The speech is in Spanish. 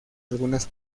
algunas